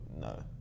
no